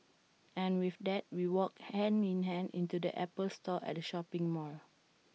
and with that we walked hand in hand into the Apple store at the shopping mall